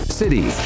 city